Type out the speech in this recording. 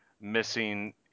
missing